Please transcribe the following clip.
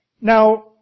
Now